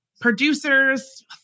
producers